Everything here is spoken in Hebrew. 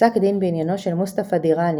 בפסק דין בעניינו של מוסטפא דיראני,